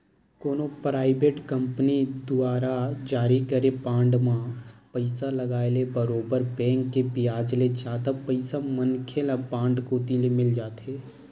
कोनो private company दुवारा जारी करे बांड म पइसा लगाय ले बरोबर बेंक के बियाज ले जादा पइसा मनखे ल बांड कोती ले मिल जाथे